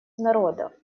народа